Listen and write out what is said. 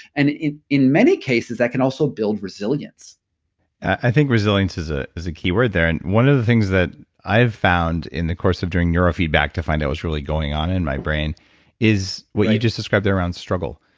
and in in many cases that can also build resilience i think resilience is ah is a keyword there and one of the things that i found in the course of doing neurofeedback to find out what is really going on in my brain is what you just described their own struggle.